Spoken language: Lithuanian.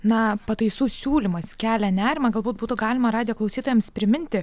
na pataisų siūlymas kelia nerimą galbūt būtų galima radijo klausytojams priminti